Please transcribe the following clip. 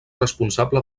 responsable